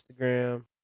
Instagram